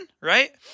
right